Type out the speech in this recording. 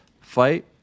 fight